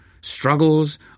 Struggles